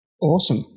Awesome